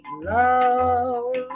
Love